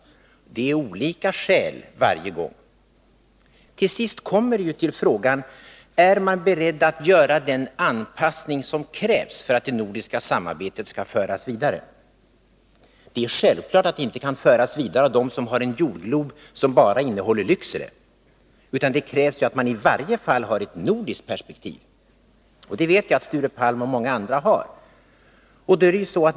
Det är olika skäl varje gång. Till sist kommer vi till frågan: Är man beredd att göra den anpassning som krävs för att det nordiska samarbetet skall föras vidare? Det är självklart att det inte kan föras vidare av dem som har en jordglob som bara visar Lycksele. Det krävs att man i varje fall har ett nordiskt perspektiv. Och det vet jag att Sture Palm och många andra har.